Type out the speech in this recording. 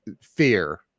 fear